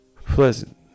pleasant